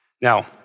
now